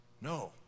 No